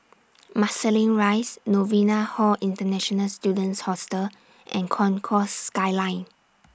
Marsiling Rise Novena Hall International Students Hostel and Concourse Skyline